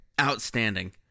Outstanding